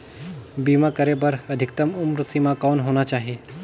बीमा करे बर अधिकतम उम्र सीमा कौन होना चाही?